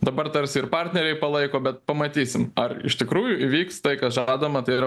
dabar tarsi ir partneriai palaiko bet pamatysim ar iš tikrųjų įvyks tai kas žadama tai yra